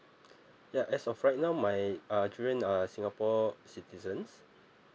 ya as of right now my uh children are singapore citizens